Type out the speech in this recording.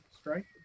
strike